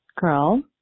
girl